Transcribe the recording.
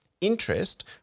Interest